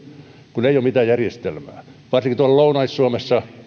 kun ei ole mitään järjestelmää varsinkin lounais suomessa